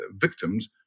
victims